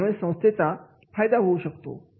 यामुळे संस्थेचा फायदा होऊ शकतो